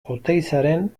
oteizaren